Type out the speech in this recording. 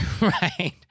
Right